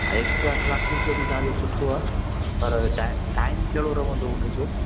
ऐं extra classes जो बि तव्हांजो सुठो आहे पर टा टाइम कहिड़ो रहंदो हुनजो